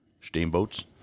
Steamboats